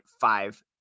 five